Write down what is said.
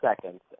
seconds